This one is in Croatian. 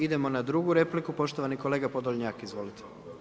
Idemo na drugu repliku, poštovani kolega Podolnjak, izvolite.